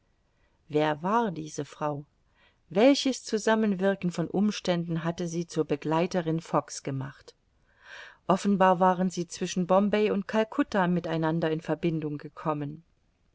wer war diese frau welches zusammenwirken von umständen hatte sie zur begleiterin fogg's gemacht offenbar waren sie zwischen bombay und calcutta mit einander in verbindung gekommen